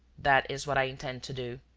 that is what i intend to do.